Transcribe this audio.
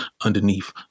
underneath